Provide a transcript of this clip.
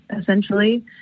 essentially